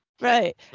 Right